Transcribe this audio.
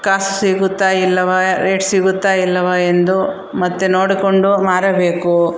ಕಾಸು ಸಿಗುತ್ತಾ ಇಲ್ಲವೇ ರೇಟ್ ಸಿಗುತ್ತಾ ಇಲ್ಲವೇ ಎಂದು ಮತ್ತೆ ನೋಡಿಕೊಂಡು ಮಾರಬೇಕು